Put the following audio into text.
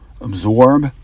absorb